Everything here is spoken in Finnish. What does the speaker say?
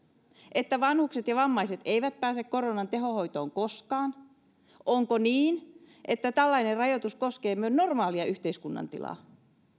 että vanhukset ja vammaiset eivät pääse koronan tehohoitoon koskaan onko niin että tällainen rajoitus koskee myös normaalia yhteiskunnan tilaa